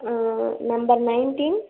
number nineteen